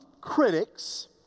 critics